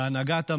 להנהגת המדינה,